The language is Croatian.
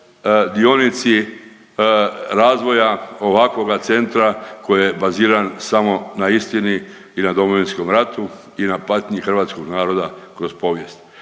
dionici razvoja ovakvoga centra koji je baziran samo na istini i na Domovinskom ratu i na patnji hrvatskog naroda kroz povijest.